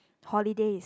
holidays